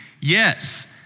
Yes